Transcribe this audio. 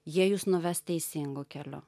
jie jus nuves teisingu keliu